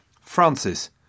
Francis